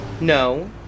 No